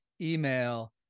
email